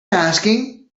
asking